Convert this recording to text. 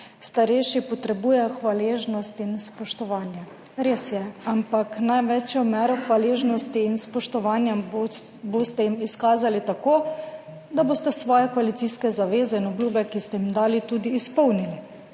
starejši potrebujejo hvaležnost in spoštovanje. Res je, ampak največjo mero hvaležnosti in spoštovanja boste jim izkazali tako, da boste svoje koalicijske zaveze in obljube, ki ste jih dali, tudi izpolnili,